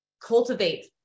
cultivate